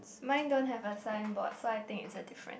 mine don't have a signboard so I think is a different